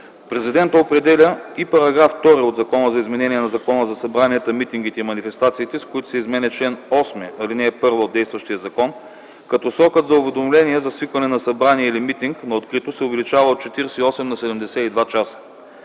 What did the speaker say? Президентът оспорва и § 2 от Закона за изменение на Закона за събранията, митингите и манифестациите, с който се изменя чл. 8, ал. 1 от действащия закон, като срокът на уведомление за свикване на събрание или митинг на открито се увеличава от 48 на 72 часа.